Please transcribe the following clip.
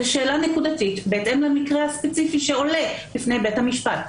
זו שאלה נקודתית בהתאם למקרה הספציפי שעולה בפני בית המשפט.